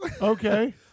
Okay